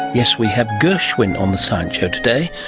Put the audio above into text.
yes, we have gershwin on the science show today.